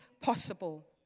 possible